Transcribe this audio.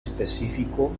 específico